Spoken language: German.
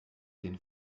den